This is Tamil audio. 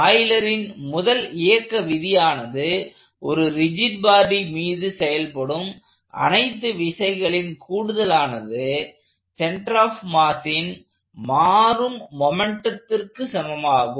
ஆய்லரின் Eulers முதல் இயக்க விதியானது ஒரு ரிஜிட் பாடி மீது செயல்படும் அனைத்து விசைகளின் கூடுதலானது சென்டர் ஆப் மாஸின் மாறும் மொமெண்ட்டத்திற்கு சமமாகும்